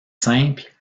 simples